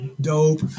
dope